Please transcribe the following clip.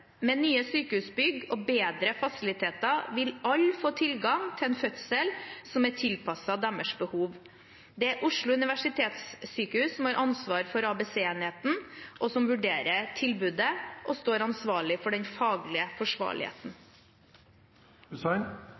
Med nye sykehusbygg og bedre fasiliteter vil alle få tilgang til en fødsel som er tilpasset deres behov. Det er Oslo universitetssykehus som har ansvar for ABC-enheten, og som vurderer tilbudet og står ansvarlig for den faglige forsvarligheten.